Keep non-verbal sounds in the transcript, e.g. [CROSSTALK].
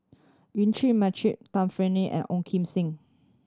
Yuen Peng McNeice Tan Fern [UNINTELLIGIBLE] and Ong Kim Seng